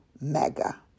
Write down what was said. mega